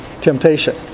temptation